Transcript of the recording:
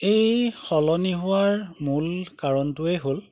এই সলনি হোৱাৰ মূল কাৰণটোৱেই হ'ল